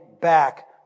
back